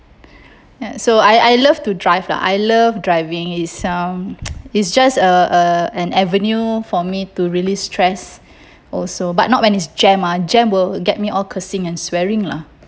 ya so I I love to drive lah I love driving itself is just a a an avenue for me to release stress also but not when it's jammed ah jam will get me all cursing and swearing lah